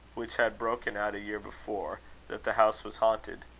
which had broken out a year before that the house was haunted.